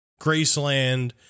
Graceland